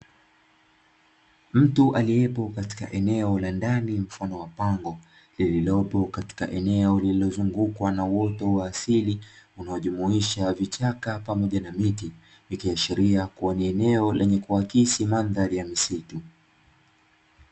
Mtu aliyepo katika eneo la ndani mfano wa pango, lililopo katika eneo lililozungukwa na uoto wa asili unaojumuisha vichaka pamoja na miti, vikiashiria kuwa ni eneo lenye kuakisi mandhari ya misitu.